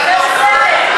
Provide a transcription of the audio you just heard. את מפריעה במהלך כל הדיון.